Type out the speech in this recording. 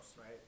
right